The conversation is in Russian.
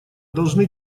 должны